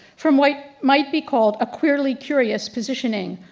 from what might be called a queerly curious positioning,